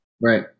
Right